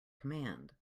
command